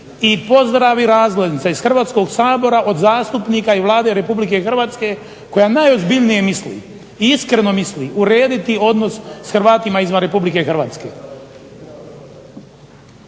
i pozdrav i razglednica iz Hrvatskog sabora od zastupnika i Vlade RH koja najozbiljnije misli i iskreno misli urediti odnos s Hrvatima izvan RH.